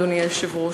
אדוני היושב-ראש.